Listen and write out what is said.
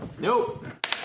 Nope